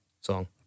song